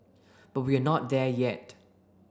but we're not there yet